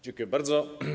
Dziękuję bardzo.